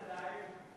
מה זה בינתיים?